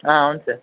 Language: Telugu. అవును సార్